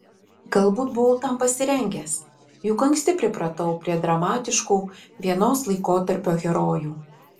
galbūt buvau tam pasirengęs juk anksti pripratau prie dramatiškų vienos laikotarpio herojų